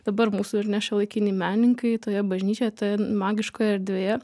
dabar mūsų ar ne šiuolaikiniai menininkai toje bažnyčioje toje magiškoje erdvėje